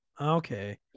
Okay